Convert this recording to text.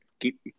keep